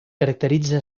caracteritza